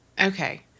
Okay